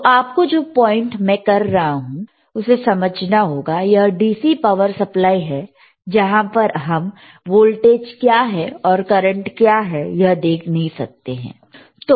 तो आपको जो पॉइंट में कर रहा हूं उसे समझना होगा यह DC पावर सप्लाई है जहां पर हम वोल्टेज क्या है और करंट क्या है यह देख नहीं सकते है